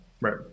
right